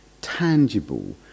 tangible